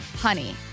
honey